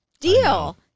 deal